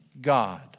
God